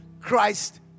Christ